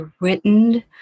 written